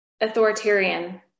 authoritarian